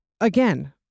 again